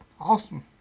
Awesome